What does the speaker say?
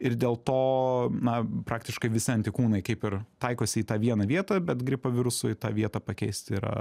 ir dėl to na praktiškai visi antikūnai kaip ir taikosi į tą vieną vietą bet gripo virusui tą vietą pakeisti yra